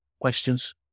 questions